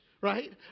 right